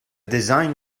design